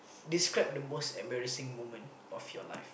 describe the most embarrassing moment of your life